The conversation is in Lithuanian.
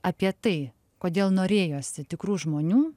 apie tai kodėl norėjosi tikrų žmonių